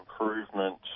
improvement